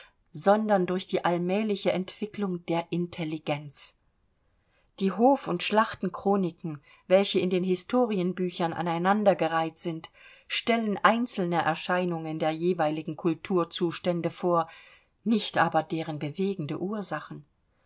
sondern durch die allmähliche entwicklung der intelligenz die hof und schlachtenchroniken welche in den historienbüchern an einander gereiht sind stellen einzelne erscheinungen der jeweiligen kulturzustände vor nicht aber deren bewegende ursachen